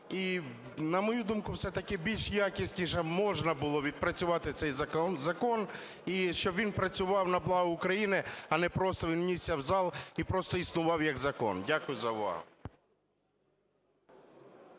І на мою думку, все-таки більш якісніше можна було б відпрацювати цей закон. І щоб він працював на благо України, а не просто він внісся в зал і просто існував, як закон. Дякую за увагу.